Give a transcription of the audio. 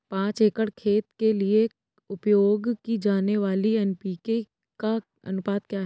पाँच एकड़ खेत के लिए उपयोग की जाने वाली एन.पी.के का अनुपात क्या है?